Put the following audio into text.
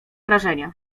wrażenie